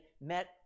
met